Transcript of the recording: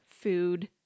food